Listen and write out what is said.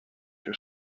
too